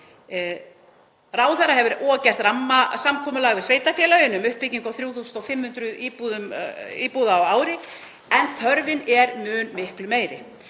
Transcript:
Ráðherra hefur gert rammasamkomulag við sveitarfélögin um uppbyggingu á 3.500 íbúðum á ári en þörfin er miklu meiri,